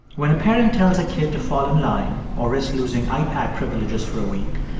when a parent tells a kid to fall in line or risk losing ipad privileges for a week,